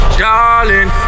darling